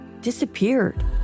disappeared